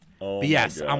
Yes